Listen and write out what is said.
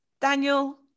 Daniel